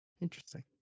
interesting